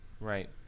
Right